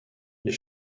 les